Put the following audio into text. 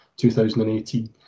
2018